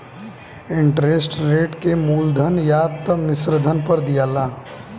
interest rate के मूलधन या त मिश्रधन पर दियाला